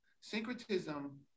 Syncretism